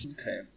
Okay